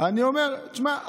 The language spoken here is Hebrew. אני אומר: תשמע,